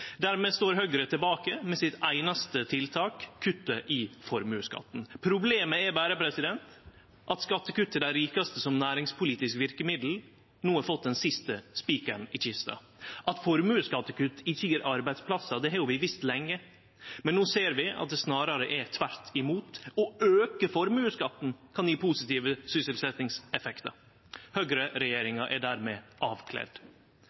Dermed står Høgre tilbake med sitt einaste tiltak: kuttet i formuesskatten. Problemet er berre at skattekutt til dei rikaste som næringspolitisk verkemiddel no har fått den siste spikaren i kista. At formuesskattekutt ikkje gjev arbeidsplassar, har vi visst lenge. Men no ser vi at det snarare er tvert imot: Å auke formuesskatten kan gje positive sysselsetjingseffektar. Høgreregjeringa er dermed avkledd.